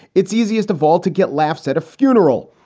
it's easiest of all to get laughs at a funeral.